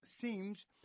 seems